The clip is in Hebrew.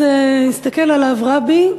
אז הסתכל עליו רבי,